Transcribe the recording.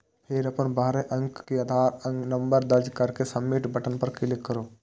फेर अपन बारह अंक के आधार नंबर दर्ज कैर के सबमिट बटन पर क्लिक करू